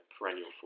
perennial